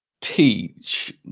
teach